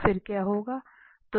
फिर क्या होगा